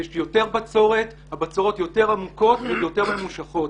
יש יותר בצורת, הבצורת יותר עמוקה ויותר ממושכת.